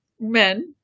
men